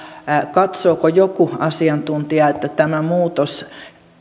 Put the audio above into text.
katsooko joku asiantuntija että tämä muutos